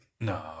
No